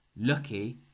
lucky